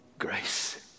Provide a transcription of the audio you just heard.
grace